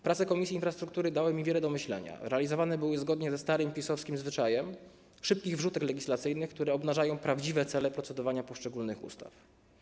Prace Komisji Infrastruktury dały mi wiele do myślenia, realizowane były zgodnie ze starym PiS-owskim zwyczajem szybkich wrzutek legislacyjnych, które obnażają prawdziwe cele procedowania nad poszczególnymi ustawami.